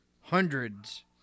hundreds